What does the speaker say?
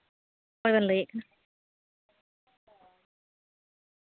ᱚᱠᱚᱭ ᱵᱮᱱ ᱞᱟᱹᱭᱮᱫ ᱠᱟᱱᱟ